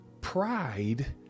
pride